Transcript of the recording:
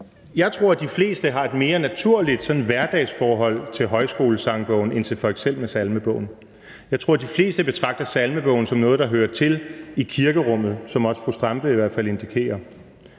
Jeg tror, at de fleste har et mere naturligt sådan hverdagsforhold til Højskolesangbogen end til f.eks. salmebogen. Jeg tror, at de fleste betragter salmebogen som noget, der hører til i kirkerummet, som også fru Zenia Stampe i hvert